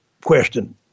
question